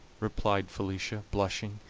replied felicia, blushing,